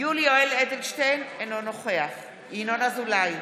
יולי יואל אדלשטיין, אינו נוכח ינון אזולאי,